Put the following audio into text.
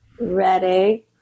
ready